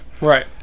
right